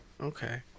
okay